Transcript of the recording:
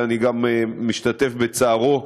שאני גם משתתף בצערו,